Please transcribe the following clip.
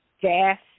gas